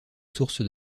source